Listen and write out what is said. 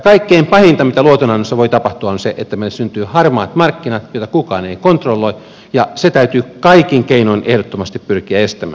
kaikkein pahinta mitä luotonannossa voi tapahtua on se että meille syntyy harmaat markkinat joita kukaan ei kontrolloi ja se täytyy kaikin keinoin ehdottomasti pyrkiä estämään